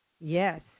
Yes